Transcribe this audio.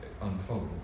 unfolds